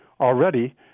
already